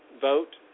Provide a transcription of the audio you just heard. vote